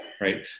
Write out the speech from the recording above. Right